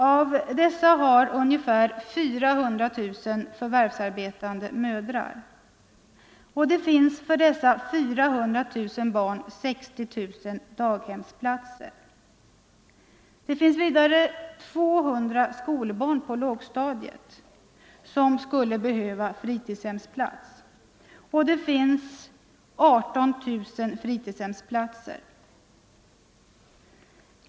Av dessa har ungefär 400 000 barn förvärvsarbetande mödrar. Det finns för dessa 400 000 barn 60 000 daghemsplatser. Det finns vidare 200 000 skolbarn på lågstadiet vilka skulle behöva fritidshemsplats. Det finns 18 000 fritidshemsplatser.